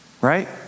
right